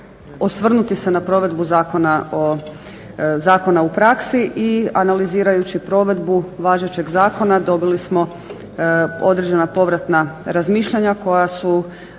osvrnuti se na provedbu Zakona u praksi i analizirajući provedbu važećeg zakona dobili smo određena povratna razmišljanja koja su